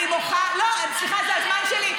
לא, סליחה, זה הזמן שלי.